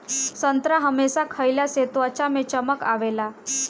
संतरा हमेशा खइला से त्वचा में चमक आवेला